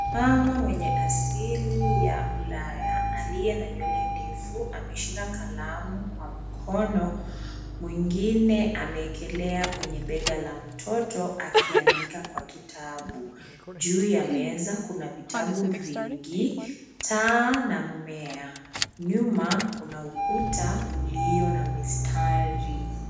Mama mwenye asili ya ulaya aliye na nywele ndefu ameshika kalamu kwa mkono, mwingine amewekelea kwenye bega la mtoto akiandika kwa kitabu. Juu ya meza kuna vitabu vingi, taa na mmea. Nyuma kuna ukuta ulio na mistari.